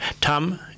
Tom